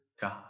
God